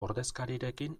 ordezkarirekin